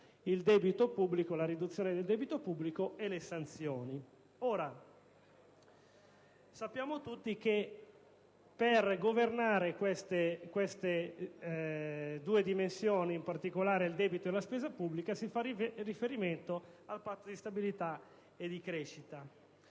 la spesa pubblica, il debito pubblico e le sanzioni. Sappiamo tutti che per governare queste due dimensioni, in particolare il debito e la spesa pubblica, si fa riferimento al Patto di stabilità e di crescita.